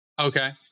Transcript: Okay